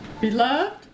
Beloved